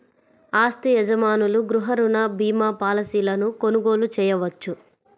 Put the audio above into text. ఆస్తి యజమానులు గృహ రుణ భీమా పాలసీలను కొనుగోలు చేయవచ్చు